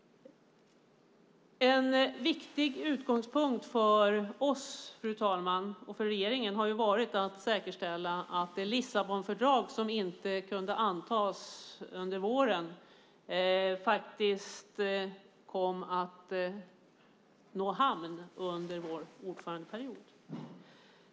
En viktig utgångspunkt för oss och för regeringen har varit att säkerställa att det Lissabonfördrag som inte kunde antas under våren faktiskt kom i hamn under vår ordförandeperiod.